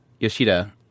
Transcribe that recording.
Yoshida